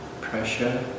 pressure